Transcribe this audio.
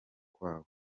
kwawe